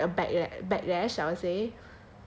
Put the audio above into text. like it was like a bac~ backlash I would say